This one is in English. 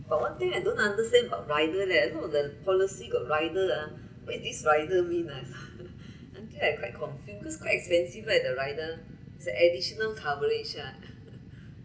but one thing I don't understand about rider leh you know the policy got rider ah what this rider mean until I quite confuse because quite expensive right the rider it's an additional coverage ah